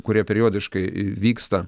kurie periodiškai vyksta